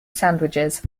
sandwiches